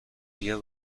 بیا